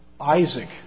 Isaac